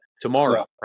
Tomorrow